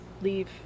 leave